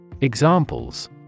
Examples